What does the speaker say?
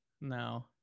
No